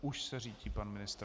Už se řítí pan ministr.